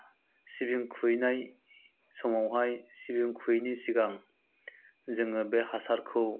सिबिं खुयनाय समावहाय सिबिं खुयैनि सिगां जोङो बे हासारखौ